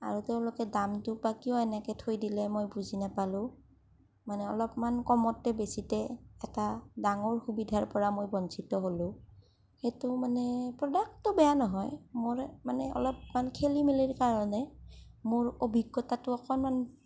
আৰু তেওঁলোকে দামটো বা কিয় এনেকৈ থৈ দিলে মই বুজি নাপালো মানে অলপমান কমতে বেছিতে এটা ডাঙৰ সুবিধাৰ পৰা মই বঞ্চিত হ'লো সেইটো মানে প্ৰডাক্টটো বেয়া নহয় মোৰ মানে অলপমান খেলি মেলিৰ কাৰণে মোৰ অভিজ্ঞতাটো অকণমান